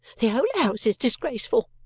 the whole house is disgraceful.